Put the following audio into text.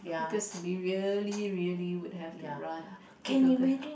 because we really really would have to run if we are